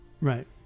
Right